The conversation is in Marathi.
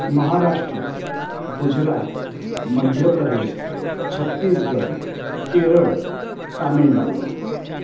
महाराष्ट्र गुजरात मध्यप्रदेश छत्तीसगड केरळ तामिळनाडू